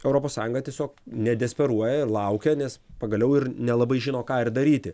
europos sąjunga tiesiog nedesperuoja ir laukia nes pagaliau ir nelabai žino ką ir daryti